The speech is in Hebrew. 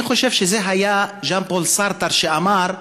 אני חושב שזה היה ז'אן-פול סארטר שאמר: